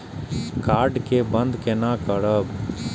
Card के बन्द केना करब?